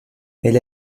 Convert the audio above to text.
elle